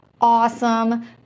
awesome